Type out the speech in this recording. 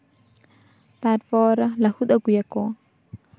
ᱛᱟᱨᱯᱚᱨ ᱞᱟᱦᱩᱫ ᱟᱜᱩᱭᱟᱠᱚ